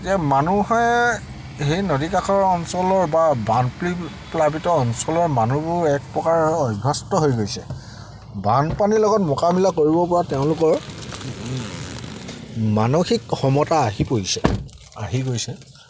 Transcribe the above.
যে মানুহে সেই নদী কাষৰ অঞ্চলৰ বা বানপীড়িত প্লাবিত অঞ্চলৰ মানুহবোৰ এক প্ৰকাৰ অভ্যস্ত হৈ গৈছে বানপানীৰ লগত মোকামিলা কৰিব পৰা তেওঁলোকৰ মানসিক ক্ষমতা আহি পৰিছে আহি গৈছে